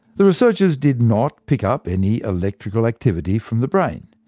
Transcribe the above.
the researchers did not pick up any electrical activity from the brain.